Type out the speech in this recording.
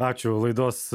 ačiū laidos